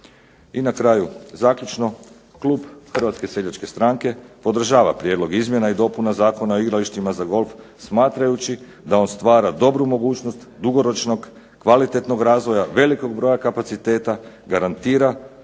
I na kraju zaključno, klub Hrvatske seljačke stranke podržava prijedlog izmjena i dopuna Zakona o igralištima za golf smatrajući da on stvara dobru mogućnost dugoročnog, kvalitetnog razvoja, velikog broja kapaciteta, garantira